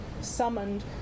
Summoned